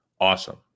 awesome